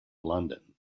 london